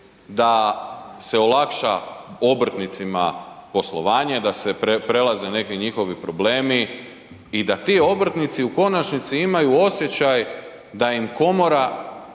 da olakša obrtnicima poslovanje, da se prelaze neki njihovi problemi i da ti obrtnici u konačnici imaju osjećaj da im komora